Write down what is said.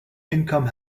income